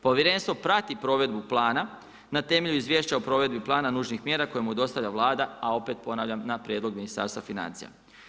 Povjerenstvo prati provedbu plana na temelju izvješća o provedbi plana nužnih mjera koje mu dostavlja Vlada a opet ponavljam, na prijedlog Ministarstva financija.